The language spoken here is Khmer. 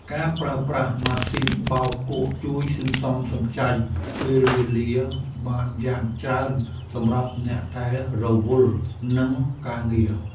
ការប្រើប្រាស់ម៉ាស៊ីនបោកគក់ជួយសន្សំសំចៃពេលវេលាបានយ៉ាងច្រើនសម្រាប់អ្នកដែលរវល់នឹងការងារ។